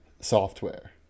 software